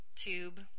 tube